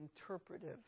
interpretive